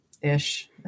ish